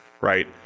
Right